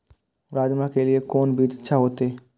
राजमा के लिए कोन बीज अच्छा होते?